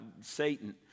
Satan